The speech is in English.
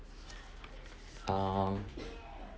um